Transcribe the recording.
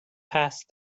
past